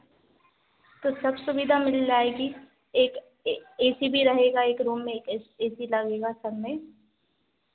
तो सब सुविधा मिल जाएगी एक ए सी भी रहेगा एक रूम में एक ए सी लगेगा सबमें